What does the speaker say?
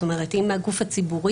זאת אומרת אם הגוף הציבורי,